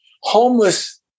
Homeless